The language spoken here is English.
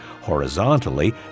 Horizontally